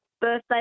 birthday